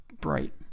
bright